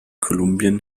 kolumbien